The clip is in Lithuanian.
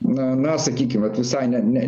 na na sakykim vat visai ne ne